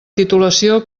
titulació